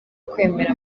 kwemera